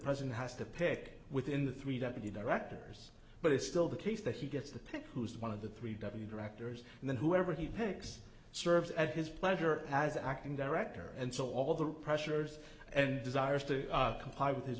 president has to pick within the three deputy director but it's still the case that he gets the pick who is one of the three w directors and then whoever he picks serves at his pleasure as acting director and so all the pressures and desires to comply with his